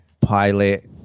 pilot